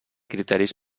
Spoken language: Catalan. criteris